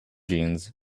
jeans